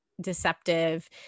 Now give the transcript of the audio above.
deceptive